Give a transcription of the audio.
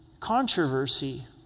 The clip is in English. controversy